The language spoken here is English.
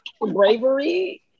bravery